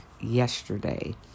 yesterday